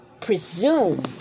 presume